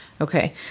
Okay